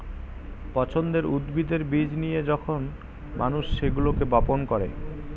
পছন্দের উদ্ভিদের বীজ নিয়ে যখন মানুষ সেগুলোকে বপন করে